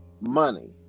money